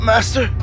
Master